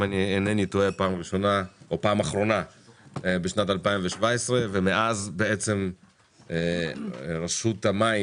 אם אני לא טועה הדיון האחרון היה בשנת 2017 ומאז בעצם רשות המים,